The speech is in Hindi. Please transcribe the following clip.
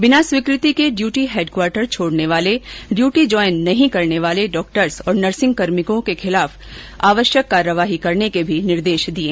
बिना स्वीक ति के ड्यूटी हैडक्वार्टर छोड़ने वाले ड्यूटी ज्वाईन नहीं करने वाले डॉक्टर्स और नर्सिंगकार्मिकों के विरूद्व आवश्यक कार्यवाही करने के भी निर्देष दिये